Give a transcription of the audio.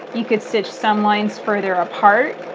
you could stitch some lines further apart.